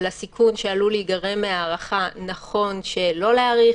לסיכון שעלול להיגרם מההארכה נכון שלא להאריך.